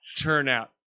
turnout